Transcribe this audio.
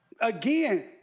Again